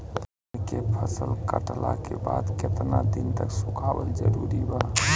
धान के फसल कटला के बाद केतना दिन तक सुखावल जरूरी बा?